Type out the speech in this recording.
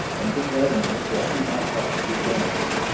and think only of what he might possibly gain?